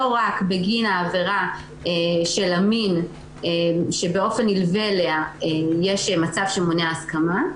לא רק בגין העבירה של המין שבאופן נלווה אליה יש מצב שמונע הסכמה,